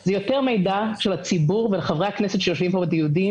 זה יותר מידע שלציבור ולחברי הכנסת שיושבים פה בדיונים